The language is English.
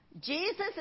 Jesus